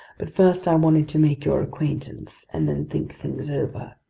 but first i wanted to make your acquaintance and then think things over.